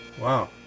Wow